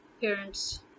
parents